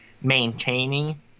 maintaining